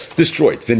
destroyed